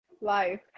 life